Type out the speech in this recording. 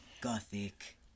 Gothic